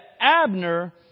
Abner